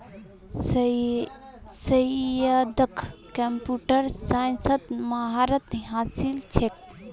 सैयदक कंप्यूटर साइंसत महारत हासिल छेक